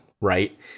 right